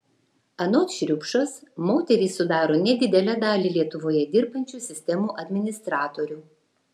anot šriupšos moterys sudaro nedidelę dalį lietuvoje dirbančių sistemų administratorių